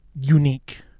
unique